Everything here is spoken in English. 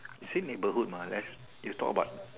you say neighbourhood mah unless you talk about